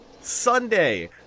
sunday